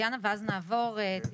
טטיאנה תדבר ואז נעבור אליך.